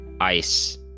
ice